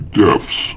deaths